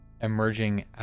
emerging